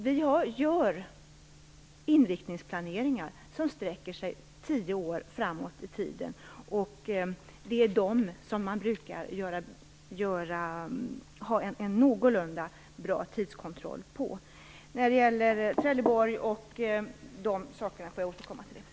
Vi gör inriktningsplaneringar som sträcker sig tio år framåt i tiden. Det är de som man brukar ha en någorlunda bra tidskontroll på. När det gäller Trelleborg och de andra sakerna får jag återkomma till dem.